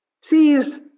sees